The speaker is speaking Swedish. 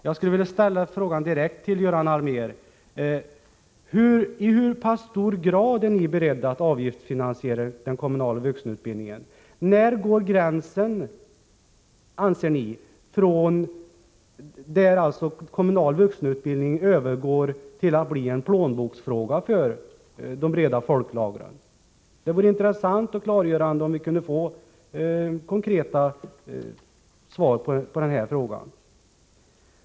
Jag skulle vilja fråga Göran Allmér: I hur pass stor grad är ni beredda att avgiftsfinansiera den kommunala vuxenutbildningen? Var anser ni att gränsen går för att kommunal vuxenutbildning skall bli en plånboksfråga för de breda folklagren? Det vore intressant och klargörande om vi kunde få ett konkret svar på dessa frågor.